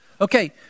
Okay